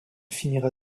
finira